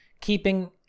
keeping